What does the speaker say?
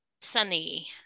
Sunny